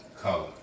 color